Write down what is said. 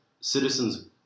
citizens